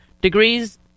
degrees